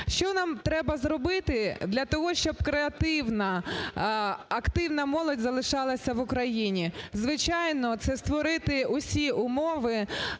Що нам треба зробити для того, щоб креативна, активна молодь залишалась в Україні? Звичайно, це створити всі умови